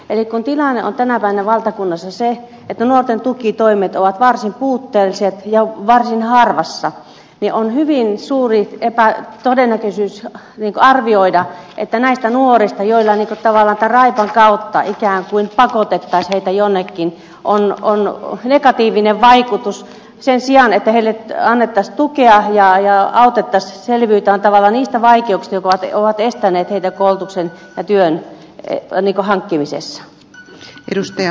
eli kun tilanne on tänä päivänä valtakunnassa se että nuorten tukitoimet ovat varsin puutteelliset ja varsin harvassa niin on hyvin suuri todennäköisyys arvioida että näihin nuoriin jotka tavallaan tämän raipan kautta ikään kuin pakotetaan jonnekin on tällä negatiivinen vaikutus sen sijaan että heille annettaisiin tukea ja heitä autettaisiin selviytymään niistä vaikeuksista jotka ovat estäneet heitä koulutuksen ja työn hankkimisessa